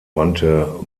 wandte